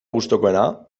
gustukoena